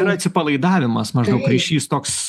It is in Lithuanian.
yra atsipalaidavimas maždaug ryšys toks